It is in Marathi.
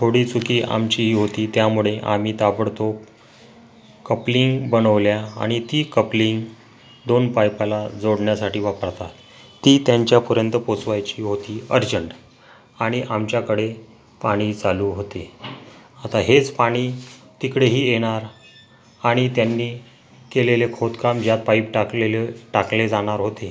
थोडी चुकी आमचीही होती त्यामुळे आम्ही ताबडतोब कप्लिंग बनवल्या आणि ती कप्लिंग दोन पायपाला जोडण्यासाठी वापरतात ती त्यांच्यापर्यंत पोचवायची होती अर्जंट आणि आमच्याकडे पाणी चालू होते आता हेच पाणी तिकडेही येणार आणि त्यांनी केलेले खोदकाम ज्यात पाईप टाकलेले टाकले जाणार होते